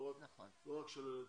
לא רק של עולי אתיופיה.